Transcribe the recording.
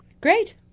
Great